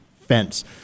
fence